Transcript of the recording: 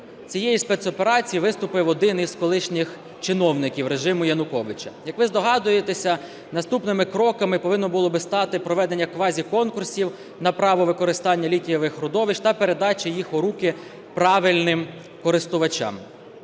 цієї спецоперації виступив один із колишніх чиновників режиму Януковича. Як ви здогадуєтеся, наступними кроками повинно було би стати проведення квазіконкурсів на право використання літієвих родовищ та передачі їх у руки правильним користувачам.